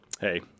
hey